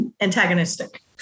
antagonistic